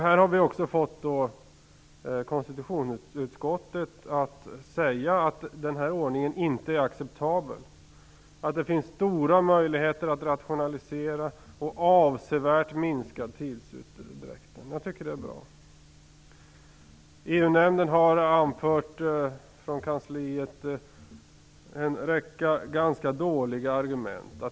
Vi har fått konstitutionsutskottet att säga att denna ordning inte är acceptabel och att det finns stora möjligheter att rationalisera och avsevärt minska tidsutdräkten. Jag tycker att det är bra. EU-nämndens kansli har anfört en räcka ganska dåliga argument.